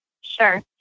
Sure